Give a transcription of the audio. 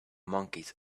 monkeys